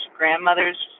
grandmother's